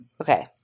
Okay